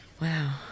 Wow